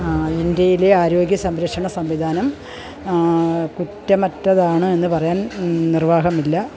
ഇന്ത്യയിലെ ആരോഗ്യ സംരക്ഷണ സംവിധാനം കുറ്റമറ്റതാണ് എന്ന് പറയാൻ നിർവ്വാഹമില്ല